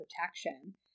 protection